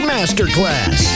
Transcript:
Masterclass